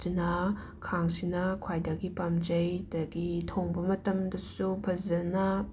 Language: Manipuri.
ꯑꯗꯨꯅ ꯈꯥꯡꯁꯤꯅ ꯈ꯭ꯋꯥꯏꯗꯒꯤ ꯄꯥꯝꯖꯩ ꯑꯗꯒꯤ ꯊꯣꯡꯕ ꯃꯇꯝꯗꯁꯨ ꯐꯖꯅ